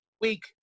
week